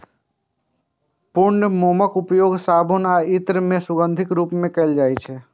पूर्ण मोमक उपयोग साबुन आ इत्र मे सुगंधक रूप मे कैल जाइ छै